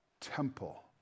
temple